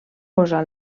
posar